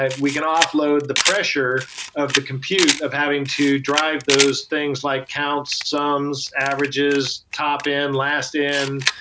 and we can offload the pressure of the compute of having to drive those things like counts, sums, averages, top in, last in.